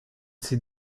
see